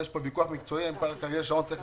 ויש פה ויכוח מקצועי אם פארק אריאל שרון צריך